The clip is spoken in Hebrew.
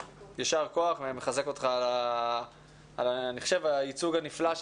יישר כוח ואני מחזק אותך על הייצוג הנפלא של